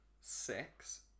six